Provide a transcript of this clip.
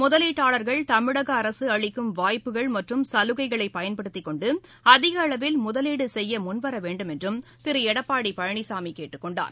முதலீட்டாளர்கள் தமிழக அரசு அளிக்கும் வாய்ப்புகள் மற்றும் சலுகைகளை பயன்படுத்திக்கொண்டு அதிக அளவில் முதலீடு செய்ய முன்வர வேண்டும் என்றும் திரு எடப்பாடி பழனிசாமி கேட்டுக்கொண்டார்